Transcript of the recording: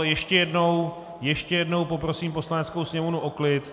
Ale ještě jednou, ještě jednou poprosím Poslaneckou sněmovnu o klid.